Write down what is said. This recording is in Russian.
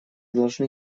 должны